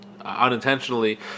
unintentionally